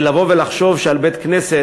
לבוא ולחשוב שעל בית-כנסת,